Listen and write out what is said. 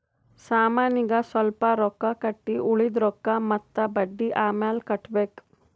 ಸಾಮಾನಿಗ್ ಸ್ವಲ್ಪ್ ರೊಕ್ಕಾ ಈಗ್ ಕಟ್ಟಿ ಉಳ್ದಿದ್ ರೊಕ್ಕಾ ಮತ್ತ ಬಡ್ಡಿ ಅಮ್ಯಾಲ್ ಕಟ್ಟಬೇಕ್